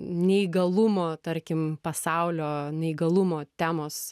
neįgalumo tarkim pasaulio neįgalumo temos